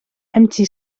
empty